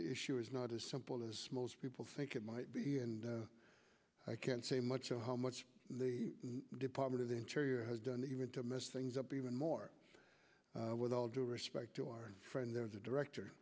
the issue is not as simple as most people think it might be and i can't say much on how much the department of interior has done even to mess things up even more with all due respect to our friend there was a director